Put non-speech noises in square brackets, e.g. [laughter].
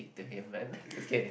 to him man [laughs] just kidding